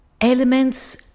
elements